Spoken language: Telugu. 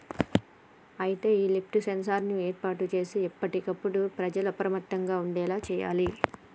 అయితే ఈ లిఫ్ట్ సెన్సార్ ఏర్పాటు సేసి ఎప్పటికప్పుడు ప్రజల అప్రమత్తంగా ఉండేలా సేయాలి